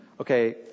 Okay